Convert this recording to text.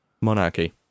Monarchy